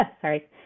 sorry